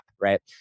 Right